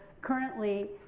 currently